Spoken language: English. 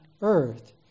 earth